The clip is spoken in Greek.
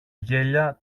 γέλια